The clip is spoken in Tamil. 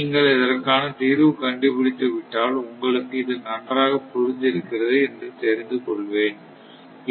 நீங்கள் இதற்கான தீர்வு கண்டு பிடித்து விட்டால் உங்களுக்கு இது நன்றாக புரிந்து இருக்கிறது என்று தெரிந்து கொள்வேன்